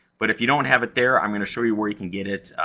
but, if you don't have it there, i'm going to show you where you can get it,